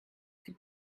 can